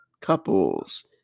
couples